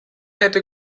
hätte